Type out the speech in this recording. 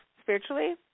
spiritually